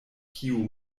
kiu